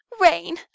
Rain